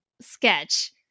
sketch